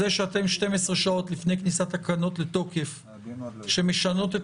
זה שאתם 12 שעות לפני כניסת תקנות לתוקף שמשנות את